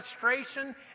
frustration